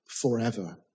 forever